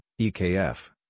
EKF